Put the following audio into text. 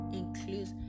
includes